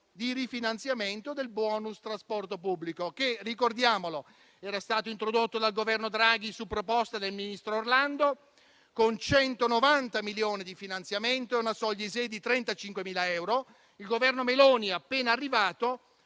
di rifinanziamento del *bonus* trasporto pubblico, che - ricordiamolo - era stato introdotto dal Governo Draghi su proposta del ministro Orlando, con 190 milioni di finanziamento e una soglia ISEE di 35.000 euro; il Governo Meloni, appena arrivato,